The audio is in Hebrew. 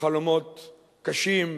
בחלומות קשים,